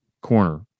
corner